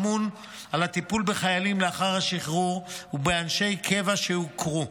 האמון על הטיפול בחיילים לאחר השחרור ובאנשי קבע שהוכרו,